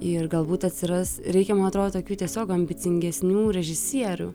ir galbūt atsiras reikia man atrodo tokių tiesiog ambicingesnių režisierių